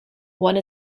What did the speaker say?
one